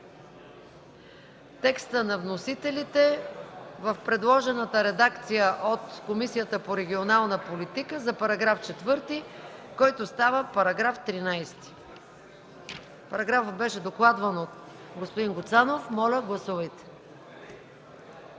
текста на вносителите в предложената редакция от Комисията по регионална политика и местно самоуправление за § 4, който става § 13. Параграфът беше докладван от господин Гуцанов, моля гласувайте.